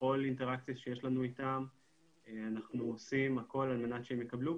בכל אינטראקציה שיש לנו איתם אנחנו עושים הכול על מנת שהם יקבלו,